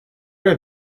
der